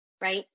right